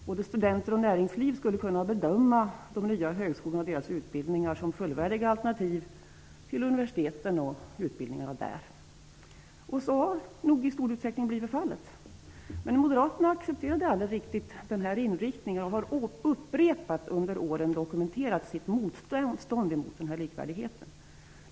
Både studenter och näringsliv skulle kunna bedöma de nya högskolorna och deras utbildningar som fullvärdiga alternativ till universiteten och utbildningarna där. Så har nog i stor utsträckning blivit fallet, men Moderaterna accepterade aldrig denna inriktning och har upprepat under åren dokumenterat sitt motstånd mot den här likvärdigheten.